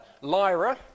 Lyra